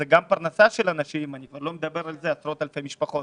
זו גם פרנסה של אנשים אני כבר לא מדבר על זה עשרות אלפי משפחות.